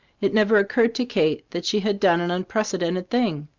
it never occurred to kate that she had done an unprecedented thing.